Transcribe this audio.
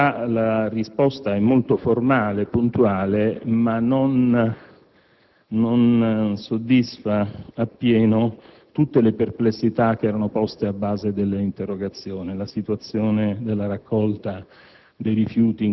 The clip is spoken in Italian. In realtà, la risposta è molto formale e puntuale, ma non soddisfa appieno tutte le perplessità che erano poste a base dell'interrogazione. La situazione della raccolta